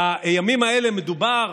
בימים האלה מדובר,